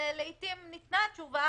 ולעתים ניתנה התשובה,